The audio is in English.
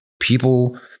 people